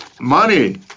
Money